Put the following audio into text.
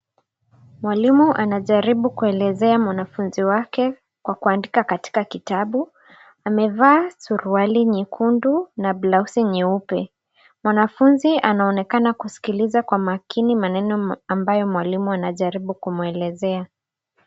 Mwalimu anajaribu kuelezea mwanafunzi wake kwa kuandika katika kitabu. Amevaa suruali nyekundu na blauzi nyeupe. Mwanafunzi anaonekana kusikiliza kwa makini maneno ambayo mwalimu anajaribu kumwelezea.